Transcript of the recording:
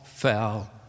fell